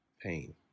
pain